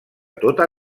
tota